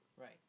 Right